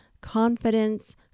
confidence